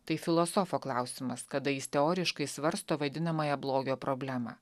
tai filosofo klausimas kada jis teoriškai svarsto vadinamąją blogio problemą